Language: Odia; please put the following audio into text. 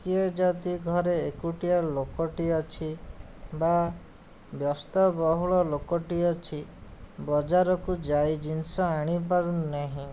କିଏ ଯଦି ଘରେ ଏକୁଟିଆ ଲୋକଟେ ଅଛି ବା ବ୍ୟସ୍ତବହୁଳ ଲୋକଟିଏ ଅଛି ବଜାରକୁ ଯାଇ ଜିନିଷ ଆଣିପାରୁନାହିଁ